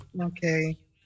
Okay